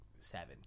seven